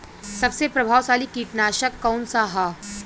सबसे प्रभावशाली कीटनाशक कउन सा ह?